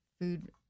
food